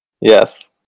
Yes